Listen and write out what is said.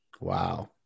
Wow